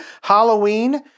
Halloween